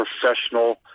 professional